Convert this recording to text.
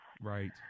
Right